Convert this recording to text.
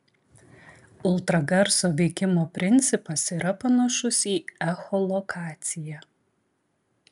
ultragarso veikimo principas yra panašus į echolokaciją